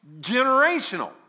Generational